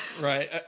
right